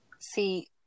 See